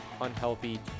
unhealthy